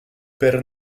per